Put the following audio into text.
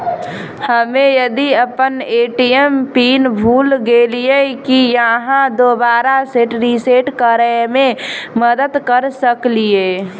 हम्मे यदि अप्पन ए.टी.एम पिन भूल गेलियै, की अहाँ दोबारा सेट रिसेट करैमे मदद करऽ सकलिये?